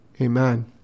Amen